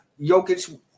Jokic